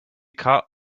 caught